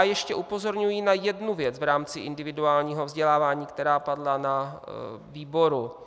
Ještě upozorňuji na jednu věc v rámci individuálního vzdělávání, která padla na výboru.